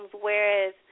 whereas